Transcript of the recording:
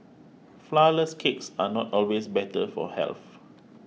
Flourless Cakes are not always better for health